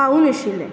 पावुनाशिल्लें